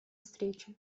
встречу